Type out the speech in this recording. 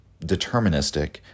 deterministic